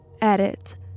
Edit